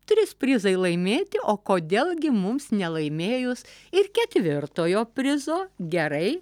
trys prizai laimėti o kodėl gi mums nelaimėjus ir ketvirtojo prizo gerai